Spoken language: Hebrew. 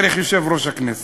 דרך יושב-ראש הכנסת.